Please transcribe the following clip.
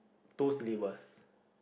two syllables